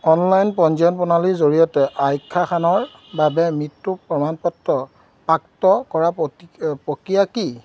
online পঞ্জীয়ন প্ৰণালীৰ জৰিয়তে আইক্ষা খানৰ বাবে মৃত্যু প্ৰমাণপত্ৰ প্ৰাপ্ত কৰাৰ পক্কি প্ৰক্ৰিয়া কি